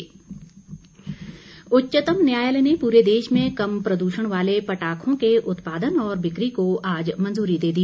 उच्चतम न्यायालय पटाखे उच्चतम न्यायालय ने पूरे देश में कम प्रद्षण वाले पटाखों के उत्पादन और बिक्री को आज मंजूरी दे दी